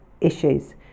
issues